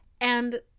and-